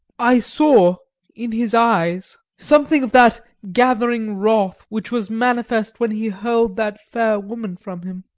i saw in his eyes something of that gathering wrath which was manifest when he hurled that fair woman from him.